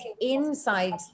inside